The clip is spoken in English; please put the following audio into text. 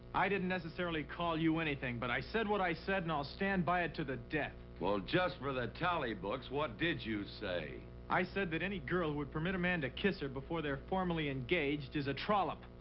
i didn't necessarily call you anything, but i said what i said, and i'll stand by it to the death. well, just for the tally books, what did you say? i said that any girl who would permit a man to kiss her. before they're formally engaged is a trollop.